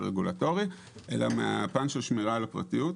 רגולטורי אלא מהפן של שמירה על הפרטיות.